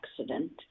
accident